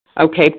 Okay